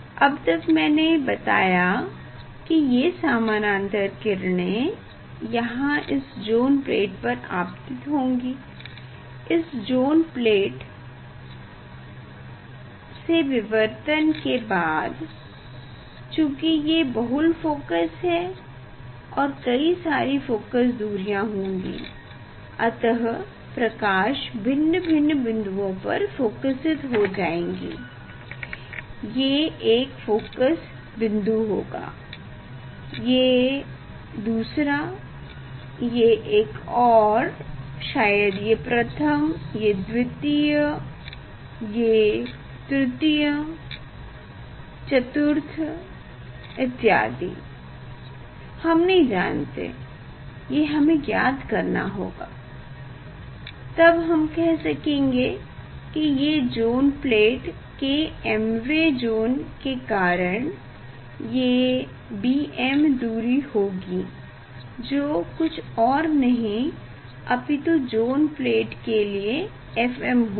अब तक मैने बताया की ये समानांतर किरणें यहाँ इस ज़ोन प्लेट पर आपतित होंगी इस जोन प्लेट विवर्तन के बाद चूंकि ये बहूल फोकस है और कई सारी फोकस दूरियाँ होंगी अतः प्रकाश भिन्न भिन्न बिंदुओं पर फोकसीत हो जाएँगी ये एक फोकस बिन्दु होगा ये दूसरा ये एक और शायद ये प्रथम ये द्वितीयये तृतीय चतुर्थ इत्यादि हम नहीं जानते ये हमें ज्ञात करना होगा तब हम कह सकेंगे की ये ज़ोन प्लेट के mवे ज़ोन के कारण ये bm दूरी होगी जो और कुछ नहीं अपितु ज़ोन प्लेट के लिए fm होगा